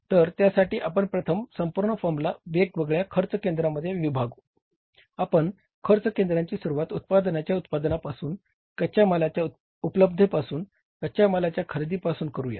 तर त्यासाठी आपण प्रथम संपूर्ण फर्मला वेगवेगळ्या खर्च केंद्रांमध्ये विभागू आपण खर्च केंद्राची सुरुवात उत्पादांच्या उत्पादनापासून कच्च्या मालाच्या उप्लब्धतेपासून कच्च्या मालाच्या खरेदीपासून करूया